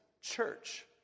church